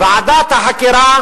ועדת החקירה